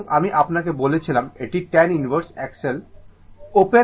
এবং আমি আপনাকে বলেছিলাম এটি tan inverse XL upon R বা L ω R